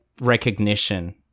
recognition